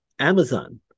Amazon